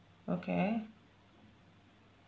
okay